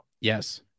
Yes